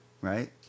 right